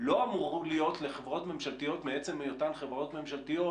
לא אמור להיות לחברות ממשלתיות מעצם היותן חברות ממשלתיות